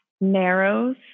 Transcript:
narrows